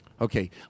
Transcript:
Okay